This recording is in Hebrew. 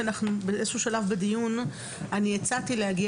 שבאיזה שהוא שלב בדיון אני הצעתי להגיע